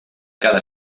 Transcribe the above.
cada